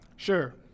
Sure